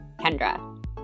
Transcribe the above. Kendra